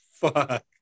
fuck